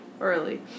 Early